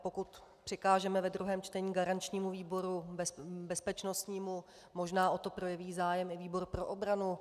Pokud přikážeme ve druhém čtení garančnímu výboru bezpečnostnímu, možná o to projeví zájem i výbor pro obranu.